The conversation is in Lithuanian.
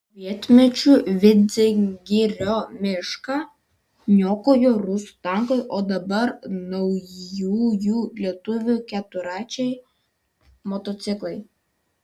sovietmečiu vidzgirio mišką niokojo rusų tankai o dabar naujųjų lietuvių keturračiai motociklai